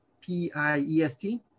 P-I-E-S-T